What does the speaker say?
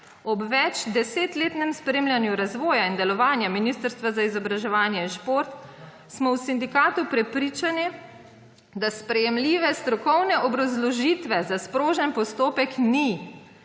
Ob večdesetletnem spremljanju razvoja in delovanja ministrstva za izobraževanje in šport smo v sindikatu prepričani, da sprejemljive strokovne obrazložitve za sprožen postopek ni.